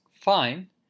fine